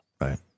Right